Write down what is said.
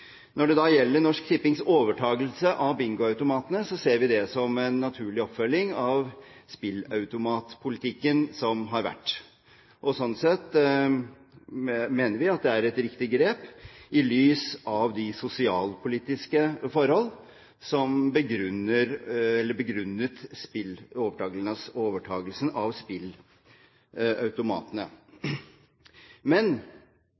Når det gjelder Norsk Tippings overtakelse av bingoautomatene, ser vi det som en naturlig oppfølging av spilleautomatpolitikken som har vært. Slik sett mener vi at det er et riktig grep i lys av de sosialpolitiske forhold som begrunnet overtakelsen av spilleautomatene. Men